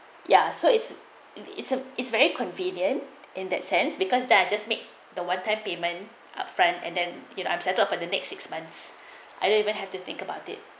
ya so it's it's a it's very convenient in that sense because they're just make the one time payment upfront and then you know I'm settled for the next six months I don't even have to think about it